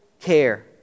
care